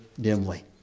dimly